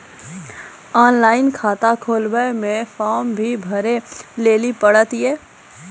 Online खाता खोलवे मे फोर्म भी भरे लेली पड़त यो?